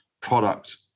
product